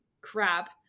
crap